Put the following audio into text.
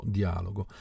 dialogo